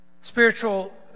spiritual